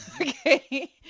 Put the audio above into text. Okay